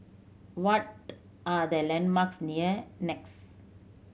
what are the landmarks near NEX